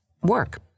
work